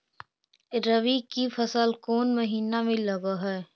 रबी की फसल कोन महिना में लग है?